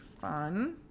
fun